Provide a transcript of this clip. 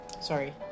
sorry